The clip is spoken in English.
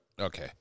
Okay